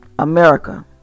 America